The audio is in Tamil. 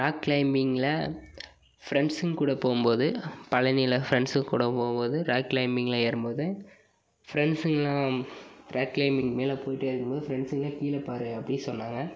ராக் க்ளைம்பிங்கில் ஃப்ரெண்ட்ஸுங்ககூட போகும்போது பழனியில் ஃப்ரெண்ட்ஸ் கூட போகும்போது ராக் க்ளைம்பிங்கில் ஏறும்போது ஃப்ரெண்ட்ஸுங்கலான் ராக் க்ளைமிங் மேலே போயிகிட்டே இருக்கும்போது ஃப்ரெண்ட்ஸுங்க கீழே பாரு அப்படின்னு சொன்னாங்க